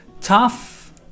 Tough